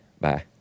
Bye